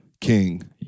king